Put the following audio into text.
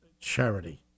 charity